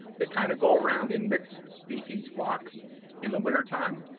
they kind of go around in mixed-species flocks in the winter time.